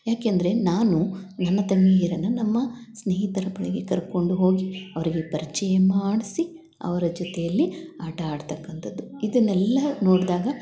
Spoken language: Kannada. ಯಾಕೆ ಅಂದರೆ ನಾನು ನನ್ನ ತಂಗಿಯರನ್ನು ನಮ್ಮ ಸ್ನೇಹಿತರ ಬಳಿಗೆ ಕರಕೊಂಡು ಹೋಗಿ ಅವರಿಗೆ ಪರಿಚಯ ಮಾಡಿಸಿ ಅವರ ಜೊತೆಯಲ್ಲಿ ಆಟ ಆಡ್ತಕಂತದ್ದು ಇದನ್ನೆಲ್ಲ ನೋಡಿದಾಗ